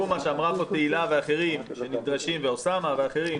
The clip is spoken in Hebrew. מה שאמרה פה תהלה פרידמן ואוסאמה סעדי ואחרים,